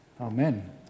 Amen